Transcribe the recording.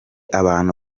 abantu